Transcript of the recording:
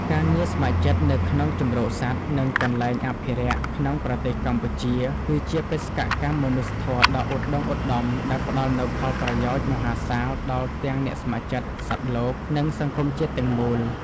ការងារស្ម័គ្រចិត្តនៅក្នុងជម្រកសត្វ និងកន្លែងអភិរក្សក្នុងប្រទេសកម្ពុជា គឺជាបេសកកម្មមនុស្សធម៌ដ៏ឧត្តុង្គឧត្តមដែលផ្តល់នូវផលប្រយោជន៍មហាសាលដល់ទាំងអ្នកស្ម័គ្រចិត្ត សត្វលោក និងសង្គមជាតិទាំងមូល។